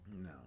No